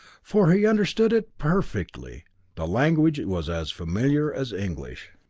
for he understood it perfectly the language was as familiar as english.